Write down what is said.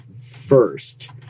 first